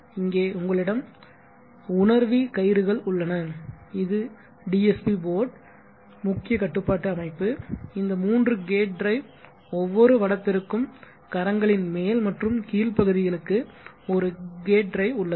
இங்கே உங்களிடம் உணர்வி கயிறுகள் உள்ளன இது DSP போர்டு முக்கிய கட்டுப்பாட்டு அமைப்பு இந்த மூன்று கேட் டிரைவ் ஒவ்வொரு வடத்திற்கும் கரங்களின் மேல் மற்றும் கீழ் பகுதிகளுக்கு ஒரு கேட் டிரைவ் உள்ளது